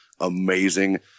Amazing